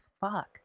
Fuck